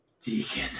Deacon